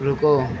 رکو